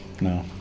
No